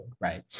Right